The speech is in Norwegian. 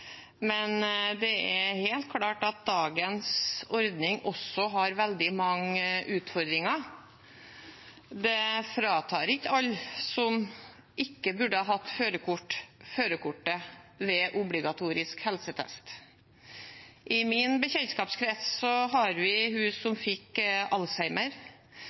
men det er helt klart at dagens ordning også har veldig mange utfordringer. Ved obligatorisk helsetest blir ikke alle som ikke burde hatt førerkort, fratatt førerkortet. I min bekjentskapskrets har vi henne som fikk alzheimer så raskt at hun ikke fikk